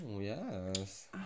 yes